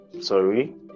Sorry